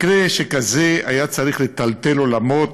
מקרה שכזה היה צריך לטלטל עולמות,